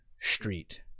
street